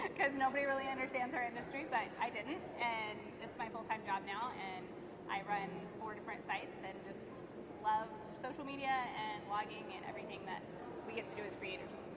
because nobody really understands our industry, but i didn't, and it's my full-time job now. and i run four different sites. i and just love social media and blogging and everything that we get to do as creators.